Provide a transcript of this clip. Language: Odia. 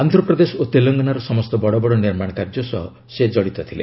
ଆନ୍ଧ୍ରପ୍ରଦେଶ ଓ ତେଲଙ୍ଗାନାର ସମସ୍ତ ବଡ଼ବଡ଼ ନିର୍ମାଣ କାର୍ଯ୍ୟ ସହ ସେ ଜଡ଼ିତ ଥିଲେ